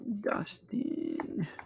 Dustin